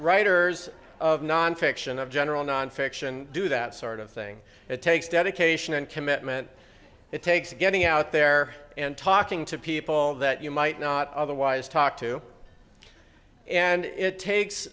writers of nonfiction of general nonfiction do that sort of thing it takes dedication and commitment it takes getting out there and talking to people that you might not otherwise talk to and it takes